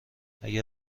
اگه